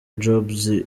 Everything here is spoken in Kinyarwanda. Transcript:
jobs